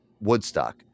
Woodstock